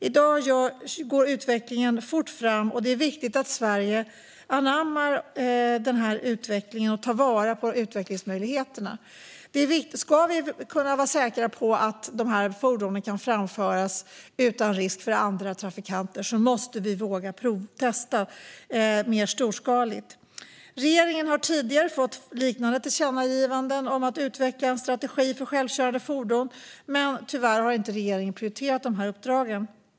I dag går utvecklingen fort fram, och det är viktigt att Sverige anammar den utvecklingen och tar vara på utvecklingsmöjligheterna. Ska vi kunna vara säkra på att dessa fordon kan framföras utan risk för andra trafikanter måste vi våga testa mer storskaligt. Regeringen har tidigare fått liknande tillkännagivanden om att utveckla en strategi för självkörande fordon, men tyvärr har regeringen inte prioriterat de uppdragen.